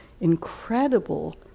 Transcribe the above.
incredible